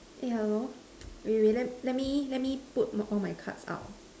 eh hello wait wait let me let me put all my cards out